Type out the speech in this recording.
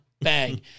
Bang